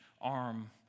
arm